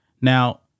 Now